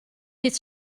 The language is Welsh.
bydd